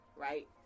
right